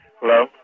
Hello